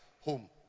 Home